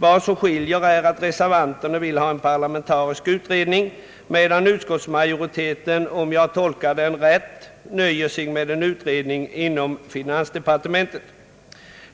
Vad som skiljer är att reservanterna önskar en parlamentarisk utredning, medan utskottsmajoriteten, om jag tolkar den rätt, nöjer sig med en utredning inom finansdepartementet.